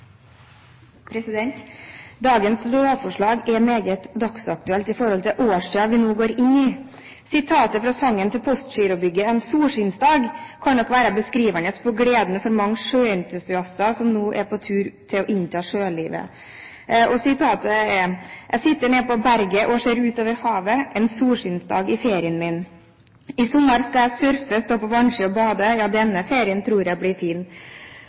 meget dagsaktuelt med tanke på den årstiden vi nå går inn i. Sitatet fra sangen til Postgirobygget «En solskinnsdag» kan nok være beskrivende for den gleden mange sjøentusiaster føler som nå er på tur til å innta sjølivet. Sitatet er: «Jeg sitter ne’på berget og ser utover havet en solskinnsdag i ferien min i sommer skal jeg surfe stå på vannski og bade ja denne ferien tror jeg blir fin»